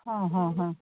ಹಾಂ ಹಾಂ ಹಾಂ